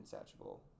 insatiable